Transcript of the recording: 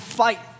fight